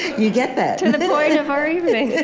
you get that yeah, to the point of our evening